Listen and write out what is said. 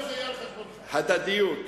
הדדיות.